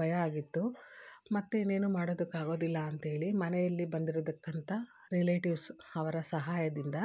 ಭಯ ಆಗಿತ್ತು ಮತ್ತು ಇನ್ನೇನು ಮಾಡೋದಕ್ಕೆ ಆಗೋದಿಲ್ಲ ಅಂತೇಳಿ ಮನೆಯಲ್ಲಿ ಬಂದಿರುದಕ್ಕಂಥ ರಿಲೇಟಿವ್ಸ್ ಅವರ ಸಹಾಯದಿಂದ